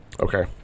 Okay